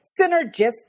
synergistic